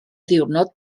ddiwrnod